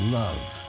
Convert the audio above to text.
love